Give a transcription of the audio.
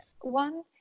one